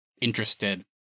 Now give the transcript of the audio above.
interested